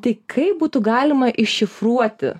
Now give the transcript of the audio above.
tai kaip būtų galima iššifruoti